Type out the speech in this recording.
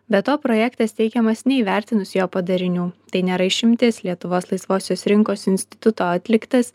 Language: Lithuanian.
be to projektas teikiamas neįvertinus jo padarinių tai nėra išimtis lietuvos laisvosios rinkos instituto atliktas